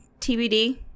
TBD